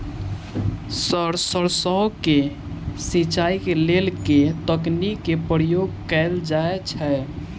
Sir सैरसो केँ सिचाई केँ लेल केँ तकनीक केँ प्रयोग कैल जाएँ छैय?